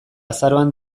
azaroan